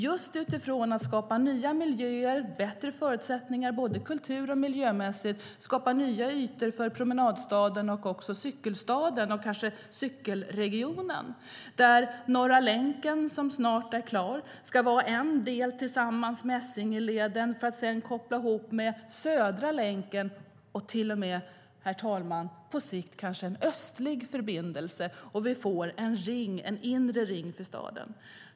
Det handlar om att skapa nya miljöer och bättre förutsättningar, både kultur och miljömässigt, och att skapa nya ytor för promenadstaden, cykelstaden och kanske cykelregionen. Norra länken, som snart är klar, ska vara en del tillsammans med Essingeleden för att sedan kopplas ihop med Södra länken och till och med, herr talman, på sikt kanske en östlig förbindelse. Vi får en inre ring för staden.